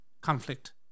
conflict